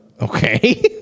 Okay